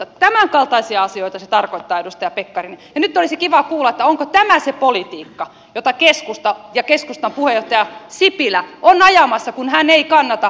tämän kaltaisia asioita se tarkoittaa edustaja pekkarinen ja nyt olisi kiva kuulla onko tämä se politiikka jota keskusta ja keskustan puheenjohtaja sipilä ovat ajamassa kun hän ei kannata veronkorotuksia ensi vuoden budjettiin